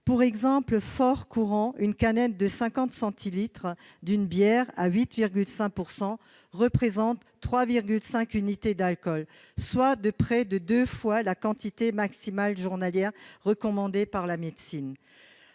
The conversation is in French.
d'exemple, une canette de 50 centilitres d'une bière à 8,5 % représente 3,5 unités d'alcool, soit près de deux fois la quantité maximale journalière recommandée par la médecine.